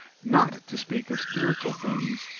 not to speak of spiritual things,